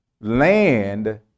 Land